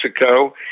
Mexico